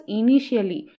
initially